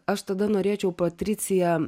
aš tada norėčiau patricija